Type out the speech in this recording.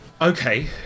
Okay